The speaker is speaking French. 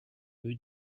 veut